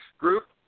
group